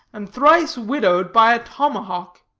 and thrice widowed by a tomahawk.